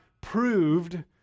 proved